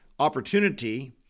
opportunity